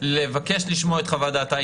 לבקש לשמוע את חוות דעתה,